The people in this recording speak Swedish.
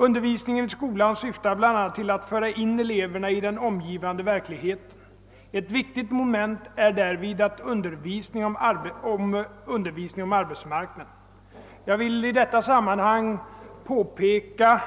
Undervisningen i skolan syftar bl.a. till att föra in eleverna i den omgivande verkligheten. Ett viktigt moment är därvid undervisning om arbetsmarknaden. Jag vill i detta sammanhang påpeka